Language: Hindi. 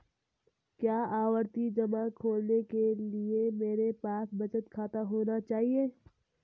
क्या आवर्ती जमा खोलने के लिए मेरे पास बचत खाता होना चाहिए?